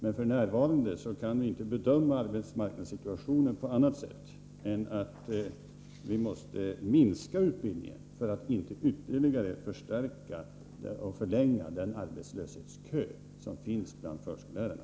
Men f.n. kan vi inte bedöma arbetsmarknadssituationen på annat sätt än att vi måste minska utbildningen för att inte ytterligare förstärka och förlänga den arbetslöshetskö som finns bland förskollärarna.